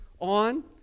on